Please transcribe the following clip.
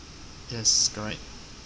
yes correct